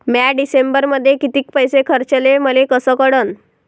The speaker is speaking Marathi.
म्या डिसेंबरमध्ये कितीक पैसे खर्चले मले कस कळन?